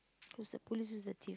cause police is at